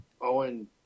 Owen